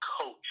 coach